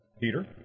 Peter